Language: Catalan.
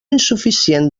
insuficient